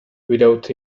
without